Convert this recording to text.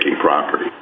property